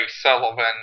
Sullivan